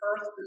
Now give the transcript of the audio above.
earth